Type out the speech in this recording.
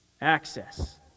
access